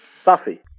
Stuffy